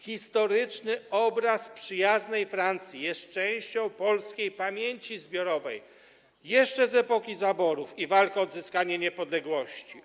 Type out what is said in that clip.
Historyczny obraz przyjaznej Francji jest częścią polskiej pamięci zbiorowej jeszcze z epoki zaborów i walki o odzyskanie niepodległości.